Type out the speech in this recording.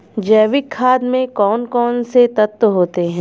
जैविक खाद में कौन कौन से तत्व होते हैं?